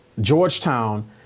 Georgetown